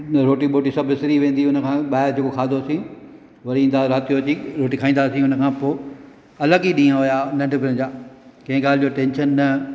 रोटी वोटी सभु विसिरी वेंदी हुन खां ॿाहिरि जेको खादोसीं वरी ईंदा हुआ राति जो अची रोटी खाईंदा हुआसीं हुन खां पोइ अलॻि ॾींहं हुआ नंढिपण जा कंहिं ॻाल्हि जो टेंशन न